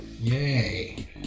Yay